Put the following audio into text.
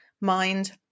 mind